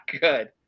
good